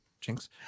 jinx